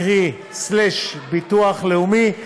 קרי משרד העבודה והרווחה וביטוח לאומי.